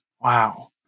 Wow